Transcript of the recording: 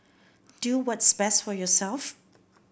do what's best for yourself